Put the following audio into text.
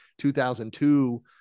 2002